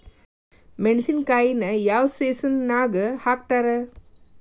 ಮೆಣಸಿನಕಾಯಿನ ಯಾವ ಸೇಸನ್ ನಾಗ್ ಹಾಕ್ತಾರ?